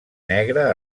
negre